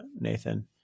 Nathan